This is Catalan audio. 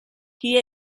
qui